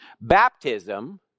Baptism